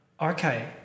okay